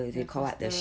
the